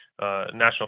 National